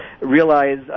realize